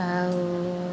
ଆଉ